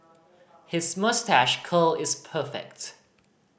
his moustache curl is perfect